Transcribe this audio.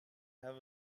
have